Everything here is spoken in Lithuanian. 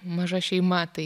maža šeima tai